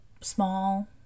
small